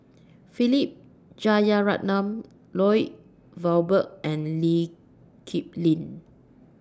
Philip Jeyaretnam Lloyd Valberg and Lee Kip Lin